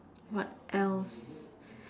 what else